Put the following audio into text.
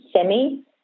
semi